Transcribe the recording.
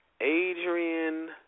Adrian